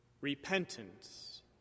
Repentance